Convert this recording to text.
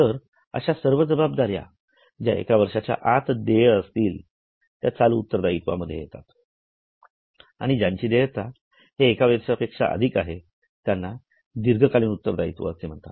तर अश्या सर्व जबाबदाऱ्या ज्या एका वर्षाच्या आत देय असतील त्या चालू दायित्वांमध्ये येतात आणि ज्यांची देयता हे एकावर्षापेक्षा अधिक आहे त्यांना दीर्घकालीन उत्तरदायित्व असे म्हणतात